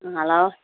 hello